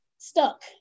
stuck